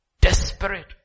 desperate